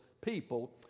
people